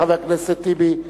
חבר הכנסת טיבי,